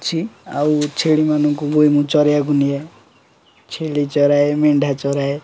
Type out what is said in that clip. ଅଛି ଆଉ ଛେଳିମାନଙ୍କୁ ବି ମୁଁ ଚରାଇବାକୁ ନିଏ ଛେଳି ଚରାଏ ମେଣ୍ଢା ଚରାଏ